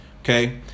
Okay